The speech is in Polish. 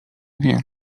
wie